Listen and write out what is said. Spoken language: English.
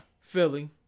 Philly